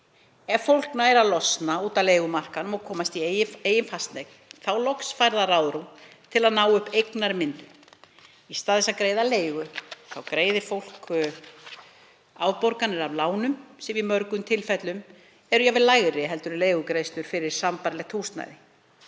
Ef fólk nær að losna út af leigumarkaðnum og komast í eigin fasteign þá loks fær það ráðrúm til að ná upp eignarmyndun. Í stað þess að greiða leigu greiðir fólk afborganir af lánum, sem í mörgum tilfellum eru jafnvel lægri en leigugreiðslur fyrir sambærilegt húsnæði.